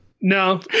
No